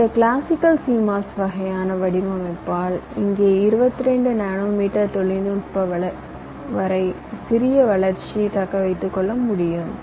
எனவே இந்த classical CMOS வகையான வடிவமைப்பால் இங்கே 22 நானோமீட்டர் தொழில்நுட்பம் வரை சிறிய வளர்ச்சியைத் தக்க வைத்துக் கொள்ள முடிந்தது